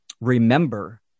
remember